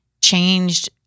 changed